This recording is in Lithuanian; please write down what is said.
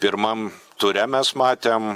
pirmam ture mes matėm